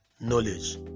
knowledge